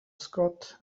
scot